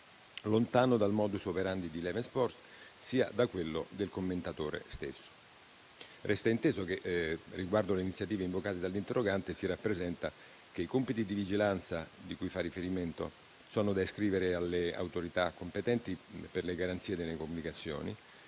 lontana sia dal *modus operandi* di Eleven Sports sia da quello del commentatore stesso». Resta inteso che, riguardo alle iniziative invocate dall'interrogante, si rappresenta che i compiti di vigilanza cui fa riferimento sono da ascrivere all'Autorità per le garanzie nelle comunicazioni,